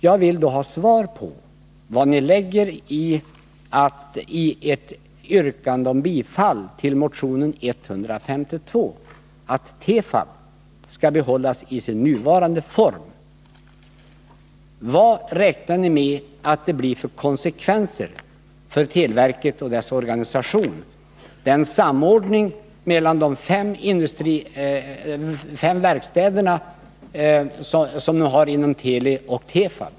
Jag vill då ha svar på frågan vad ni lägger in i ert yrkande om bifall till motionen 152, där ni kräver att Tefab skall behållas i sin nuvarande form. Vad räknar ni med för konsekvenser för televerket och dess organisation av en samordning av de fem verkstäderna inom Teli och Tefab?